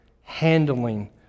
Handling